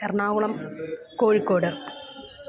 Ernakulam Kozhikode